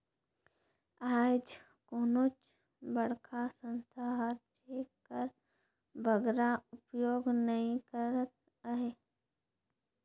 आएज कोनोच बड़खा संस्था हर चेक कर बगरा उपयोग नी करत अहे